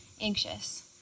anxious